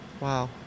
Wow